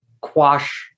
quash